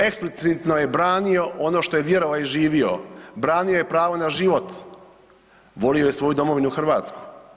Eksplicitno je branio ono što je vjerovao i živio, branio je pravo na život, volio je svoju domovinu Hrvatsku.